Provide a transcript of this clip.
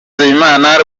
nzeyimana